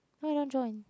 why you not join